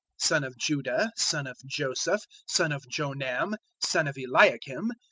son of judah, son of joseph, son of jonam, son of eliakim,